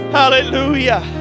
hallelujah